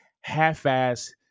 half-ass